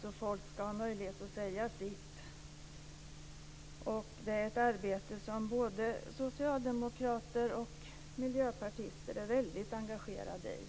Folk ska ha möjlighet att säga sitt. Både socialdemokrater och miljöpartister har varit väldigt engagerade i detta arbete.